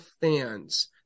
fans